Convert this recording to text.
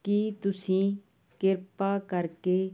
ਕੀ ਤੁਸੀਂ ਕਿਰਪਾ ਕਰਕੇ